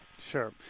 Sure